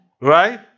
Right